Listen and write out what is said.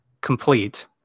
complete